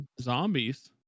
zombies